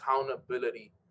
accountability